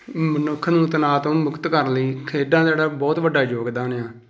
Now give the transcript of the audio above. ਮਨੁੱਖ ਨੂੰ ਤਣਾਅ ਤੋਂ ਮੁਕਤ ਕਰਨ ਲਈ ਖੇਡਾਂ ਦਾ ਜਿਹੜਾ ਬਹੁਤ ਵੱਡਾ ਯੋਗਦਾਨ ਆ